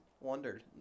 wondered